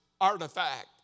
artifact